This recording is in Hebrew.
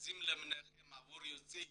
מכרזים ליוצאי